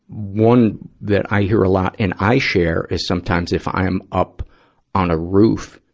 one that i hear a lot and i share is sometimes, if i am up on a roof,